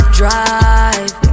drive